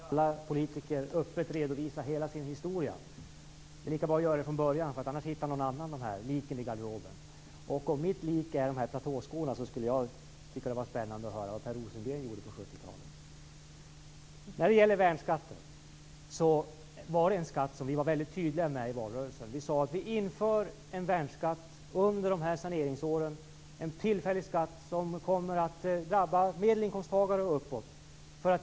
Fru talman! Numera skall ju alla politiker öppet redovisa hela sin historia. Det är lika bra att göra det från början; annars hittar någon annan de här liken i garderoben. Om mitt lik är de här platåskorna tycker jag att det skulle vara spännande att höra vad Per Rosengren gjorde på 70-talet. När det gäller värnskatten var det en skatt som vi var väldigt tydliga med i valrörelsen. Vi sade: Vi inför en värnskatt under de här saneringsåren, en tillfällig skatt som kommer att drabba medelinkomsttagare och uppåt.